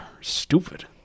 Stupid